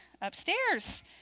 upstairs